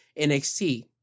NXT